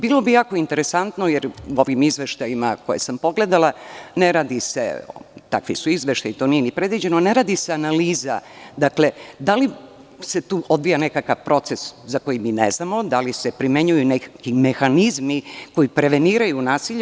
Bilo bi jako interesantno, jer u ovim izveštajima koje sam pogledala, takvi su izveštaji, to nije ni predviđeno, ne radi se analiza da li se tu odvija nekakav proces za koji mi ne znamo, da li se primenjuju neki mehanizmi koji preveniraju nasilje.